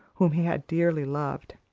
whom he had dearly loved.